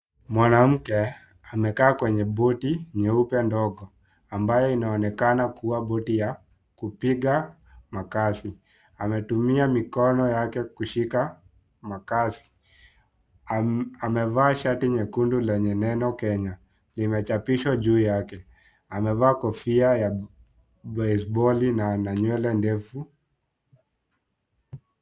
Mwanamke amekaa kwenye boti nyeupe ndogo ambayo inaonekana kuwa boti ya kupiga makasi. Ametumia mikono yake kushika makasi. Amevaa shati nyekundu lenye neno 'Kenya' limechapishwa juu yake. Amevalia kofia ya boizboli na ana nywele ndefu.